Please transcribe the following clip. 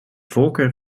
voorkeur